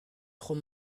trop